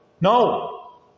No